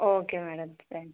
okay madam thanks